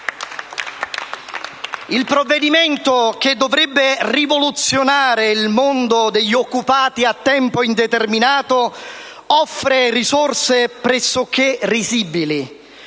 Il provvedimento che dovrebbe rivoluzionare il mondo degli occupati a tempo indeterminato offre risorse pressoché risibili: